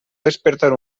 despertar